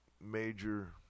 major